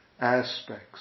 aspects